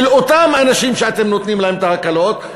אותם אנשים שאתם נותנים להם את ההקלות,